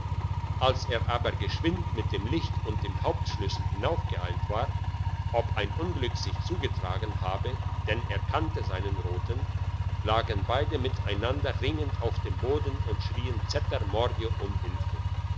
als er aber geschwind mit dem licht und dem hauptschlüssel hinaufgeeilt war ob ein unglück sich zugetragen habe denn er kannte seinen roten lagen beide miteinander ringend auf dem boden und schrieen zeter mordio um hilfe